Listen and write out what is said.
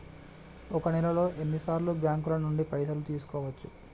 ఒక నెలలో ఎన్ని సార్లు బ్యాంకుల నుండి పైసలు తీసుకోవచ్చు?